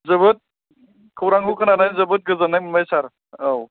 जोबोद खौरांखौ खोनानै जोबोद गोजोननाय मोनबाय सार औ